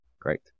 Great